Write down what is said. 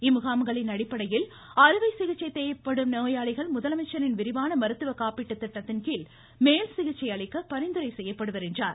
இம்முகாமின் அடிப்படையில் அறுவை சிகிச்சை தேவைப்படும் நோயாளிகள் முதலமைச்சரின் விரிவான மருத்துவ காப்பீடு திட்டத்தின்கீழ் மேல்சிகிச்சை அளிக்க பரிந்துரை செய்யப்படுவர் என்றார்